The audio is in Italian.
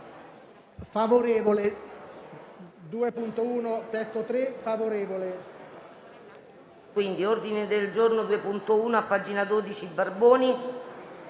favorevole